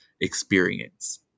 experience